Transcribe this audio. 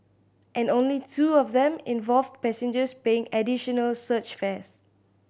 and only two of them involved passengers paying additional surge fares